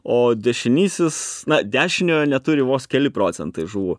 o dešinysis na dešiniojo neturi vos keli procentai žuvų